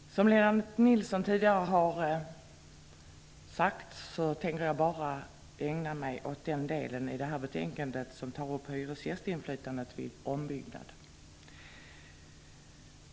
Fru talman! Som Lennart Nilsson tidigare har sagt tänker jag bara ägna mig åt den del i betänkandet som tar upp hyresgästinflytandet vid ombyggnad.